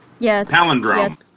Palindrome